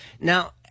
Now